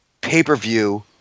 pay-per-view